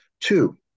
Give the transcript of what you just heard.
Two